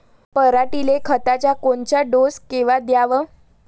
पऱ्हाटीले खताचा कोनचा डोस कवा द्याव?